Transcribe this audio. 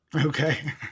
Okay